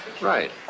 Right